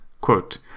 quote